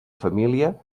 família